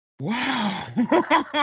Wow